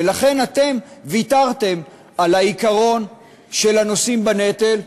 לכן, אתם ויתרתם על עיקרון של הנושאים בנטל שאומר: